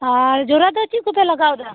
ᱟᱨ ᱡᱚᱨᱟ ᱫᱚ ᱪᱮᱫ ᱠᱚᱯᱮ ᱞᱟᱜᱟᱣᱮᱫᱟ